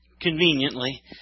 conveniently